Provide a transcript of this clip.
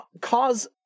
cause